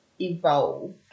evolve